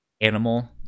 animal